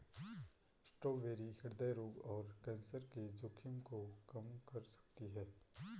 strawberry हृदय रोग और कैंसर के जोखिम को कम कर सकती है